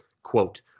Quote